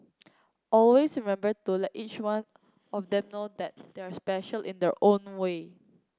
always remember to let each one of them know that they are special in their own way